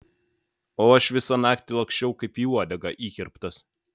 o aš visą naktį laksčiau kaip į uodegą įkirptas